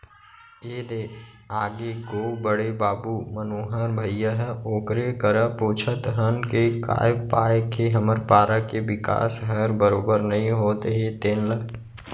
ए दे आगे गो बड़े बाबू मनोहर भइया ह ओकरे करा पूछत हन के काय पाय के हमर पारा के बिकास हर बरोबर नइ होत हे तेन ल